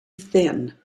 thin